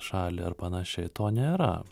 šalį ar panašiai to nėra